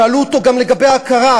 שאלו אותו גם לגבי ההכרה,